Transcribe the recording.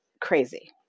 crazy